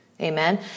amen